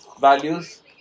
values